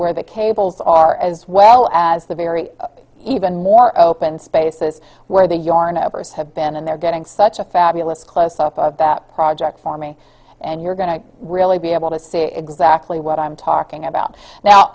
where the cables are as well as the very even more open spaces where the yarn over is have been and they're getting such a fabulous close up of that project for me and you're going to really be able to see exactly what i'm talking about now